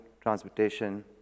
transportation